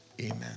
amen